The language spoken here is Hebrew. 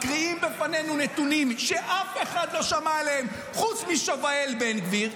מקריאים בפנינו נתונים שאף אחד לא שמע עליהם חוץ משובאל בן גביר,